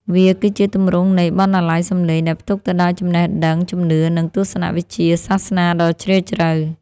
វាគឺជាទម្រង់នៃ បណ្ណាល័យសម្លេង ដែលផ្ទុកទៅដោយចំណេះដឹង ជំនឿ និងទស្សនវិជ្ជាសាសនាដ៏ជ្រាលជ្រៅ។